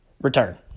return